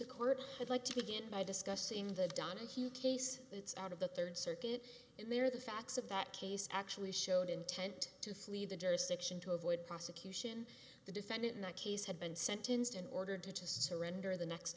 the court i'd like to begin by discussing the donahue case it's out of the third circuit in there the facts of that case actually showed intent to flee the jurisdiction to avoid prosecution the defendant in the case had been sentenced in order to surrender the next